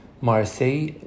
Marseille